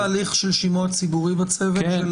האם יהיה תהליך של שימוע ציבורי בצוות?